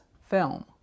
film